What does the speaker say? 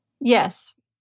Yes